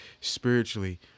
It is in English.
spiritually